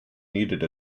needed